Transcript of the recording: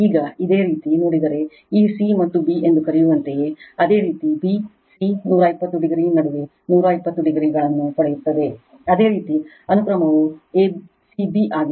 ಈಗ ಇದೇ ರೀತಿ ನೋಡಿದರೆ ಈ c ಮತ್ತು b ಎಂದು ಕರೆಯುವಂತೆಯೇ ಅದೇ ರೀತಿ b c 120 o ನಡುವೆ 120 ಓಹರ್ಗಳನ್ನು ಪಡೆಯುತ್ತದೆ ಅದೇ ರೀತಿ ಅನುಕ್ರಮವು ಎ ಸಿ ಬಿ ಆಗಿದೆ